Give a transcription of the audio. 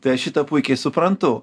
tai aš šitą puikiai suprantu